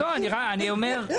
אני אומר,